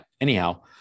anyhow